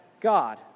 God